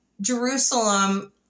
Jerusalem